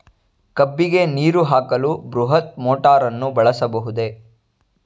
ಕಬ್ಬಿಗೆ ನೀರು ಹಾಕಲು ಬೃಹತ್ ಮೋಟಾರನ್ನು ಬಳಸಬಹುದೇ?